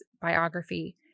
biography